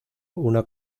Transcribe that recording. una